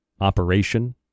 operation